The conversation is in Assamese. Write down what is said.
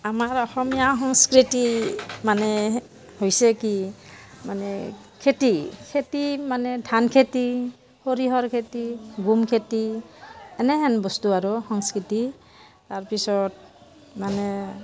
আমাৰ অসমীয়া সংস্কৃতি মানে হৈছে কি মানে খেতি খেতি মানে ধান খেতি সৰিয়ঁহৰ খেতি গোম খেতি এনেহেন বস্তু আৰু সংস্কৃতি তাৰপিছত মানে